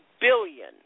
billion